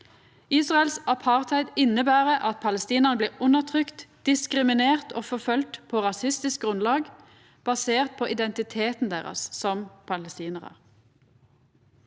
Israels apartheid inneber at palestinarar blir undertrykte, diskriminerte og forfølgde på rasistisk grunnlag, basert på sin identitet som palestinarar.